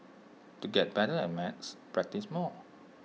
to get better at maths practise more